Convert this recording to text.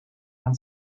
and